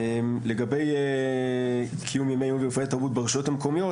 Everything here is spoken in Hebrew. לגבי "קיום ימי עיון ומופעי תרבות ברשויות המקומיות",